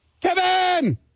Kevin